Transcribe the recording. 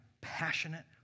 passionate